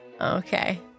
Okay